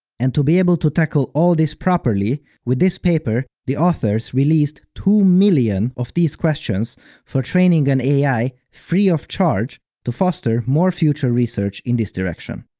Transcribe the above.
and to be able to tackle all this properly, with this paper, the authors released two million of these questions for training an ai free of charge to foster more future research in this direction.